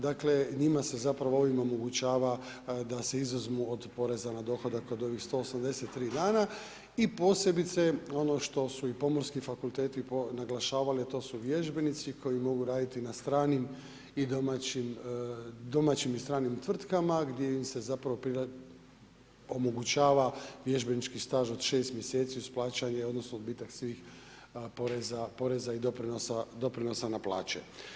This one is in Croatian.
Dakle, njima se zapravo ovime omogućava da se izuzmu od poreza na dohodak od ovih 183 dana i posebice ono što su i pomorski fakulteti naglašavali, a to su vježbenici koji mogu raditi na stranim i domaćim i stranim tvrtkama gdje im se zapravo omogućava vježbenički staž od 6 mjeseci uz plaćanje odnosno odbitak svih poreza i doprinosa na plaće.